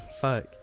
fuck